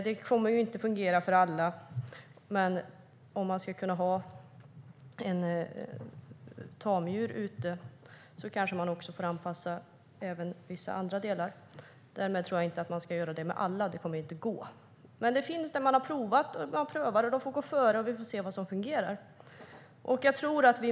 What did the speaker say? Det kommer inte att fungera för alla, men om tamdjur ska kunna vistas ute måste vissa andra delar anpassas. Däremot tror jag inte att det ska ske med alla. Det kommer inte att gå. De får gå före och pröva, och så får vi se vad som fungerar.